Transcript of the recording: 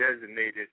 designated